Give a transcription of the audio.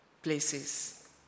places